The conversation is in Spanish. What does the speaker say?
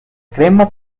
crema